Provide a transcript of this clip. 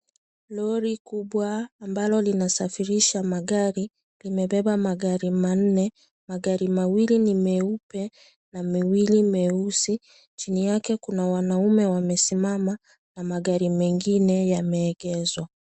Lori kubwa ambalo linasafirisha magari limebeba magari manne, magari mawili ni meupe na mawili meusi, chini yake kuna wanaume wamesimama na magari mengine yameegezwa.